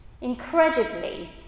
Incredibly